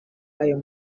ayo